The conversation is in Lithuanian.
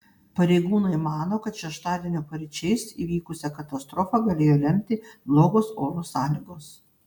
pareigūnai mano kad šeštadienio paryčiais įvykusią katastrofą galėjo lemti blogos oro sąlygos